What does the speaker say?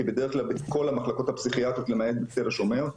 כי בדרך כלל בכל המחלקות הפסיכיאטריות למעט תל השומר,